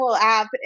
app